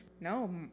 No